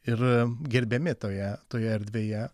ir gerbiami toje toje erdvėje